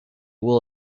will